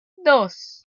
dos